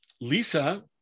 lisa